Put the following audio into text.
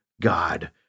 God